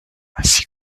ainsi